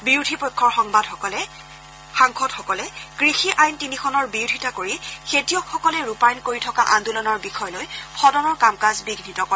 বিৰোধী পক্ষৰ সাংসদসকলে কৃষি আইন তিনিখনৰ বিৰোধিতা কৰি খেতিয়কসকলে ৰূপায়ণ কৰি থকা আন্দোলনৰ বিষয়লৈ সদনৰ কাম কাজ বিঘ়িত কৰে